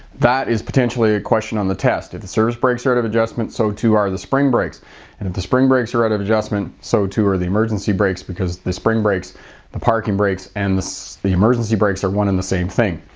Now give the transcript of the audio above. that is potentially a question on the test if the service brake are out of adjustment so too are the spring brakes and if the spring brakes or out of adjustment so too are the emergency brakes because the spring brakes. and the parking brakes and the the emergency brakes are one in the same thing.